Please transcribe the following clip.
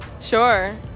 Sure